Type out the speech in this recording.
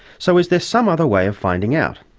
so is there some other way of finding out?